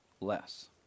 less